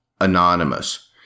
anonymous